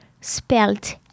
spelt